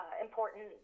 important